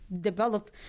develop